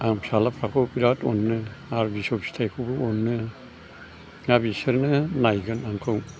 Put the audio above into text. आं फिसाज्लाफोरखौ बिराथ अनो आरो फिसौ फिथाइखौबो अनो दा बिसोरनो नायगोन आंखौ